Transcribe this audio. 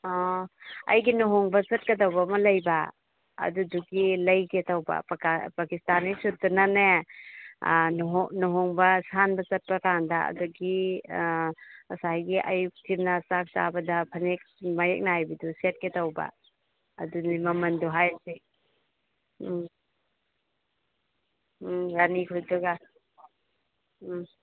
ꯑꯣ ꯑꯩꯒꯤ ꯂꯨꯍꯣꯡꯕ ꯆꯠꯀꯗꯧꯕ ꯑꯃ ꯂꯩꯕ ꯑꯗꯨꯗꯨꯒꯤ ꯂꯩꯒꯦ ꯇꯧꯕ ꯄꯥꯀꯤꯁꯇꯥꯅꯤ ꯁꯨꯠꯇꯨꯅꯅꯦ ꯂꯨꯍꯣꯡꯕ ꯁꯥꯟꯕ ꯆꯠꯄ ꯀꯥꯟꯗ ꯑꯗꯒꯤ ꯉꯁꯥꯏꯒꯤ ꯑꯌꯨꯛꯁꯤꯅ ꯆꯥꯛ ꯆꯥꯕꯗ ꯐꯅꯦꯛ ꯃꯌꯦꯛ ꯅꯥꯏꯕꯤꯗꯨ ꯁꯦꯠꯀꯦ ꯇꯧꯕ ꯑꯗꯨꯅꯤ ꯃꯃꯟꯗꯨ ꯍꯥꯏꯁꯦ ꯎꯝ ꯎꯝ ꯔꯥꯅꯤ ꯐꯨꯔꯤꯠꯇꯨꯒ ꯎꯝ